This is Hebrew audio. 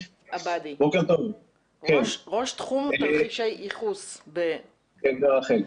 עבאדי, ראש תחום תרחישי ייחוס ברח"ל.